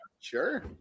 Sure